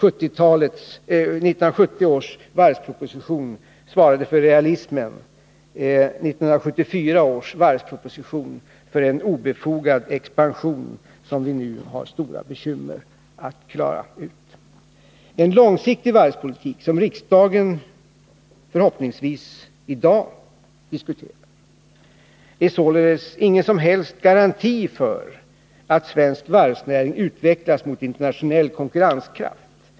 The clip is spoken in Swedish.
1970 års varvsproposition svarade för realismen, 1974 års för en obefogad expansion som vi nu har stora bekymmer att klara ut. En långsiktig varvspolitik, som riksdagen förhoppningsvis i dag diskuterar, är således ingen som helst garanti för att svensk varvsnäring utvecklas mot internationell konkurrenskraft.